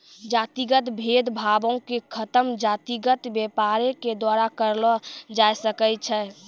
जातिगत भेद भावो के खतम जातिगत व्यापारे के द्वारा करलो जाय सकै छै